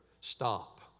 Stop